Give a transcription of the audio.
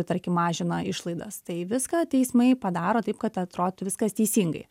tarkim mažina išlaidas tai viską teismai padaro taip kad atrodytų viskas teisingai